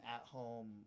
at-home